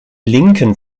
linken